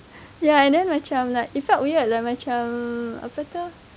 ya and then macam like it felt weird like macam apa